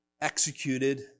executed